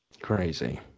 Crazy